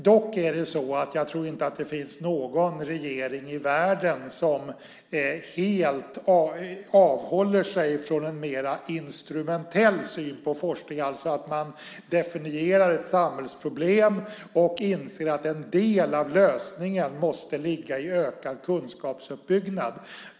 Dock tror jag inte att det finns någon regering i världen som helt avhåller sig från en mer instrumentell syn på forskning, alltså att man definierar ett samhällsproblem och inser att en del av lösningen måste ligga i ökad kunskapsuppbyggnad.